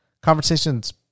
conversations